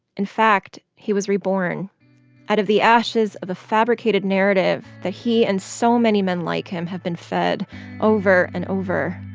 in fact, he was reborn out of the ashes of a fabricated narrative that he and so many men like him have been fed over and over.